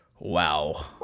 Wow